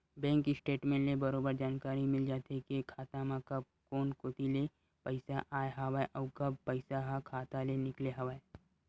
bank statement ले बरोबर जानकारी मिल जाथे के खाता म कब कोन कोती ले पइसा आय हवय अउ कब पइसा ह खाता ले निकले हवय